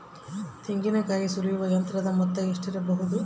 ತೆಂಗಿನಕಾಯಿ ಸುಲಿಯುವ ಯಂತ್ರದ ಮೊತ್ತ ಎಷ್ಟಿರಬಹುದು?